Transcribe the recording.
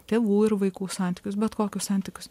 tėvų ir vaikų santykius bet kokius santykius